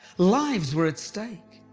lives were at stake.